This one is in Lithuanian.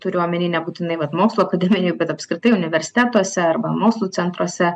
turiu omeny nebūtinai vat mokslo akademijoj bet apskritai universitetuose arba mokslų centruose